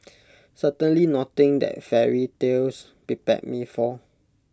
certainly nothing that fairy tales prepared me for